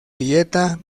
dieta